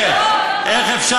איך?